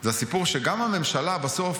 זה הסיפור שגם הממשלה בסוף,